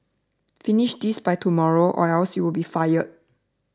finish this by tomorrow or else you'll be fired